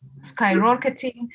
skyrocketing